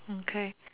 okay